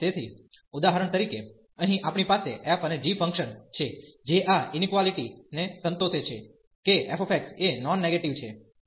તેથી ઉદાહરણ તરીકે અહીં આપણી પાસે f અને g ફંક્શન છે જે આ ઇનક્વાલીટી ને સંતોષે છે કે fx એ નોન નેગેટીવ છે